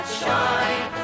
shine